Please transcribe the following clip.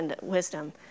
wisdom